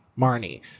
Marnie